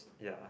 ya